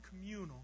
communal